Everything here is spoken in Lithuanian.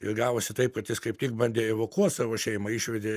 ir gavosi taip kad jis kaip tik bandė evakuot savo šeimą išvedė